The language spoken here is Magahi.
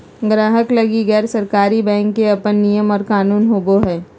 गाहक लगी गैर सरकारी बैंक के अपन नियम और कानून होवो हय